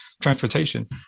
transportation